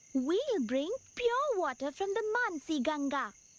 we'll bring pure water from the manasi ganga.